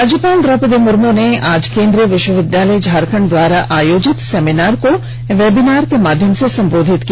राज्यपाल द्रौपदी मुर्मू ने आज केन्द्रीय विश्वविद्यालय झारखंड द्वारा आयोजित सेमिनार को वेबिनार के माध्यम से संबोधित किया